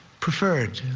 preferred.